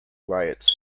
riot